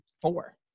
four